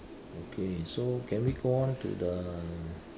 okay so can we go on to the